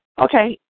Okay